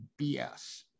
BS